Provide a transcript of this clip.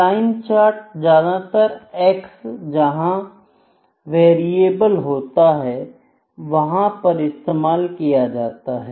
line chart ज्यादातर X जहां variable होता है वहां पर इस्तेमाल किए जाते हैं